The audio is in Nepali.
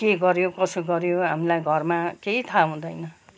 के गऱ्यो कसो गऱ्यो हामीलाई घरमा केही थाहा हुँदैन